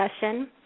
discussion